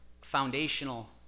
foundational